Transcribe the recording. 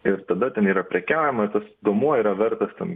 ir tada ten yra prekiaujama ir tas duomuo yra vertas ten